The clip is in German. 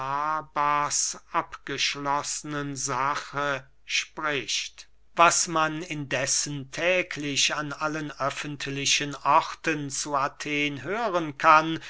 abgeschlossenen sache spricht was man indessen täglich an allen öffentlichen orten zu athen hören kann